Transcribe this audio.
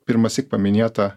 pirmąsyk paminėta